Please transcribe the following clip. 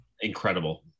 incredible